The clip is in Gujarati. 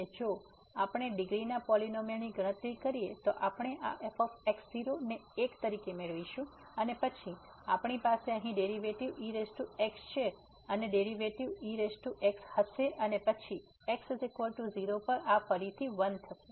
અને જો આપણે ડિગ્રીના પોલીનોમીઅલની ગણતરી કરીએ તો આપણે આ f ને 1 તરીકે મેળવીશું અને પછી આપણી પાસે અહીં ડેરિવેટિવ ex છે અને ડેરિવેટિવ ex હશે અને પછી x 0 પર આ ફરીથી 1 થશે